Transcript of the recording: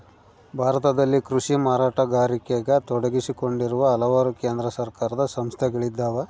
ಭಾರತದಲ್ಲಿ ಕೃಷಿ ಮಾರಾಟಗಾರಿಕೆಗ ತೊಡಗಿಸಿಕೊಂಡಿರುವ ಹಲವಾರು ಕೇಂದ್ರ ಸರ್ಕಾರದ ಸಂಸ್ಥೆಗಳಿದ್ದಾವ